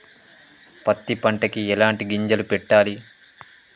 పత్తి పంటకి ఎలాంటి గింజలు పెట్టాలి?